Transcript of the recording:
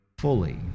fully